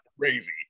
crazy